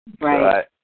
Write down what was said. Right